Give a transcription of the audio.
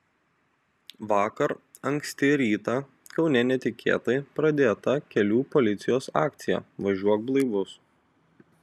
vakar anksti rytą kaune netikėtai pradėta kelių policijos akcija važiuok blaivus